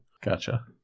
Gotcha